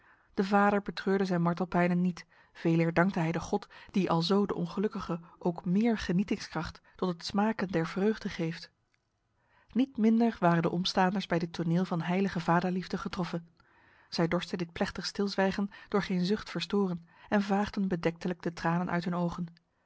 de vader betreurde zijn martelpijnen niet veeleer dankte hij de god die alzo de ongelukkige ook meer genietingskracht tot het smaken der vreugde geeft niet minder waren de omstaanders bij dit toneel van heilige vaderliefde getroffen zij dorsten dit plechtig stilzwijgen door geen zucht verstoren en vaagden bedektelijk de tranen uit hun ogen